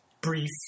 brief